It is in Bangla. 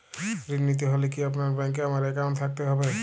ঋণ নিতে হলে কি আপনার ব্যাংক এ আমার অ্যাকাউন্ট থাকতে হবে?